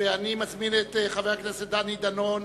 אני מזמין את חבר הכנסת דני דנון.